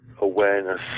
awareness